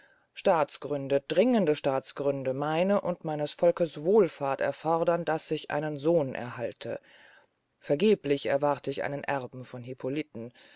staatsgründe dringende gründe meine und meines volkes wohlfahrt erfordern daß ich einen sohn erhalte vergeblich erwart ich einen erben von